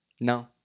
No